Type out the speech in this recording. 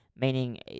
Meaning